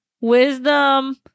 wisdom